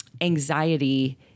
anxiety